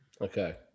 okay